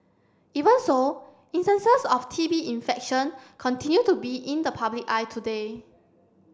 even so instances of T B infection continue to be in the public eye today